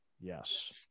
Yes